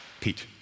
Pete